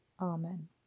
Amen